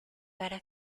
para